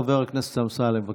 חבר הכנסת אמסלם, בבקשה.